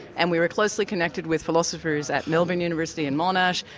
and we were closely connected with philosophers at melbourne university and monash,